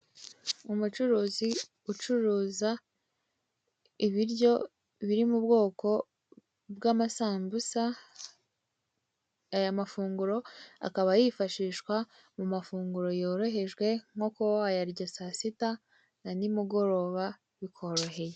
Umucuruzi ucuruza ibiryo biri mu bwoko bw'amasambusa, aya mafunguro akaba yifashishwa mu mafunguro yorohejwe, nko kuba wayarya saa sita na nimugoroba bikoroheye.